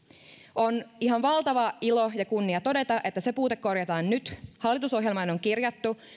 on ihan valtava ilo ja kunnia todeta että se puute korjataan nyt hallitusohjelmaan on kirjattu